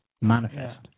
manifest